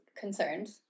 concerned